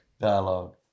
dialogue